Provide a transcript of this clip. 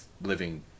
living